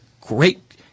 great